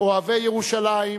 אוהבי ירושלים,